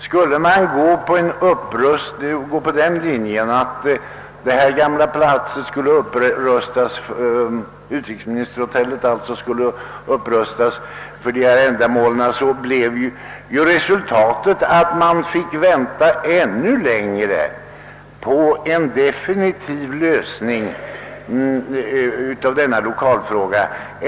Skulle man gå på den linjen att utrikesministerhotellet skulle upprustas för ändamålet, bleve resultatet att man finge vänta ännu längre på en definitiv lösning av denna lokalfråga.